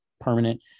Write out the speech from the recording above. permanent